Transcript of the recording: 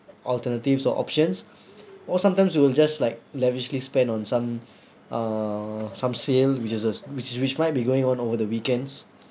alternatives or options or sometimes you will just like lavishly spend on some uh some sale which is is which which might be going on over the weekends